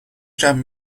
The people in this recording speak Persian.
جمع